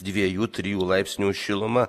dviejų trijų laipsnių šiluma